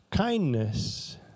Kindness